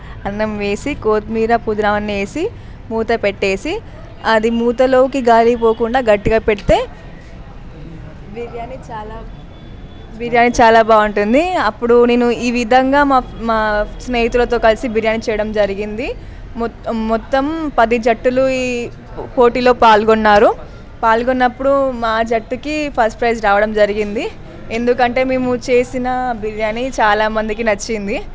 అన్నం వేసి కొత్తిమీర పుదీనా అవన్నీ వేసి మూత పెట్టేసి అది మూతలోకి గాలి పోకుండా గట్టిగా పెడితే బిర్యానీ చాలా బిర్యానీ చాలా బాగుంటుంది అప్పుడు నేను ఈ విధంగా మా మా స్నేహితులతో కలిసి బిర్యానీ చేయడం జరిగింది మొ మొత్తం పది జట్టులు ఈ పోటీలో పాల్గొన్నారు పాల్గొన్నప్పుడు మా జట్టుకి ఫస్ట్ ప్రైజ్ రావడం జరిగింది ఎందుకంటే మేము చేసిన బిర్యాని చాలా మందికి నచ్చింది